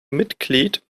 mitglied